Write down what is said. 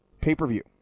pay-per-view